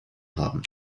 haben